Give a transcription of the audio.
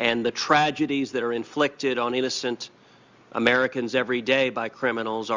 and the tragedies that are inflicted on innocent americans every day by